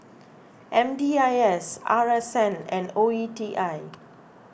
M D I S R S N and O E T I